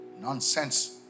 Nonsense